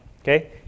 okay